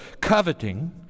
coveting